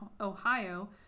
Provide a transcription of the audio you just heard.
ohio